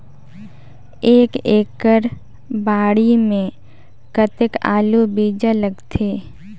एक एकड़ बाड़ी मे कतेक आलू बीजा लगथे?